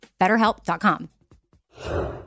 BetterHelp.com